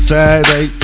Saturday